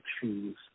choose